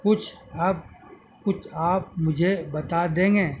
کچھ آپ کچھ آپ مجھے بتا دیں گے